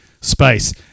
space